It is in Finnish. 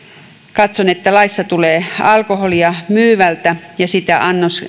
katson että laissa tulee alkoholia myyvältä ja sitä